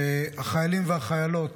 החיילים והחיילות,